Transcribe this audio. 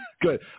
Good